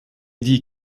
dit